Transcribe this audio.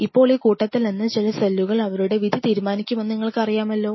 ഇപ്പോൾ ഈ കൂട്ടത്തിൽ നിന്ന് ചില സെല്ലുകൾ അവരുടെ വിധി തീരുമാനിക്കുമെന്ന് നിങ്ങൾക്കറിയാമല്ലോ